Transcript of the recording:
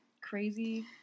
crazy